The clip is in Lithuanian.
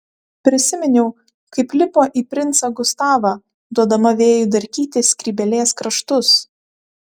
prisiminiau kaip lipo į princą gustavą duodama vėjui darkyti skrybėlės kraštus